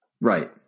Right